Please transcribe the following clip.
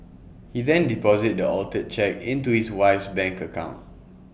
he then deposited the altered cheque into his wife's bank account